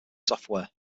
software